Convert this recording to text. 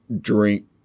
drink